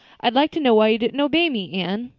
i'd like to know why you didn't obey me, anne.